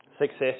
Success